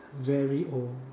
very old